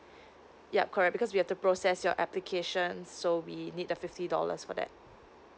yup correct because we have to process your application so we hit the fifty dollars for that